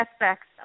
aspects